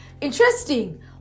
Interesting